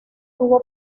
tuvo